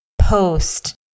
post